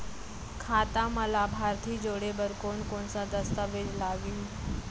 खाता म लाभार्थी जोड़े बर कोन कोन स दस्तावेज लागही?